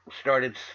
started